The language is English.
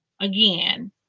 again